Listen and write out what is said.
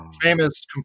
famous